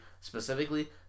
specifically